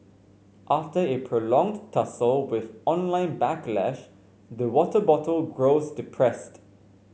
after a prolonged tussle with online backlash the water bottle grows depressed